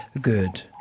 good